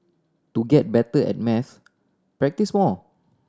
to get better at maths practise more